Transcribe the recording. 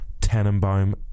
Tenenbaum